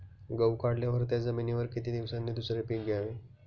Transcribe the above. गहू काढल्यावर त्या जमिनीवर किती दिवसांनी दुसरे पीक घ्यावे?